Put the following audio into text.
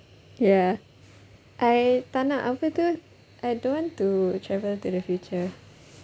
ya I tak nak apa tu I don't want to travel to the future